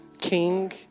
king